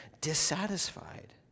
dissatisfied